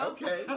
Okay